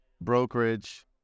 brokerage